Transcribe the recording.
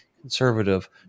conservative